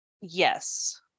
yes